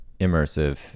immersive